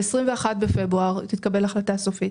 ב-21 בפברואר תתקבל החלטה סופית.